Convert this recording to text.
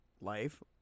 life